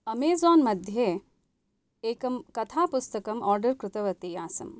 Amazon मध्ये एकं कथा पुस्तकम् आर्डर् कृतवती आसम्